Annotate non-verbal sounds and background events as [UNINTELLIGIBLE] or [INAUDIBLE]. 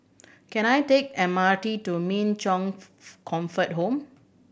can I take M R T to Min Chong [UNINTELLIGIBLE] Comfort Home